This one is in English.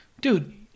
dude